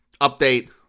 update